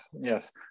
yes